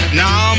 now